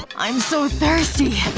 um i'm so thirsty.